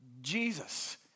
Jesus